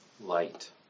light